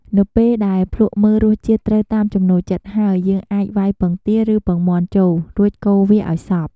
នៅពេលដែលភ្លក្សមើលរសជាតិត្រូវតាមចំំណូលចិត្តហើយ យើងអាចវៃពងទា ឬពងមាន់ចូល រួចកូរវាឱ្យសព្វ។